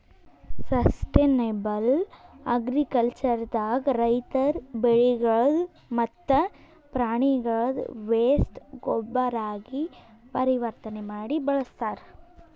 sustainable agriculture ದಾಗ ರೈತರ್ ಬೆಳಿಗಳ್ದ್ ಮತ್ತ್ ಪ್ರಾಣಿಗಳ್ದ್ ವೇಸ್ಟ್ ಗೊಬ್ಬರಾಗಿ ಪರಿವರ್ತನೆ ಮಾಡಿ ಬಳಸ್ತಾರ್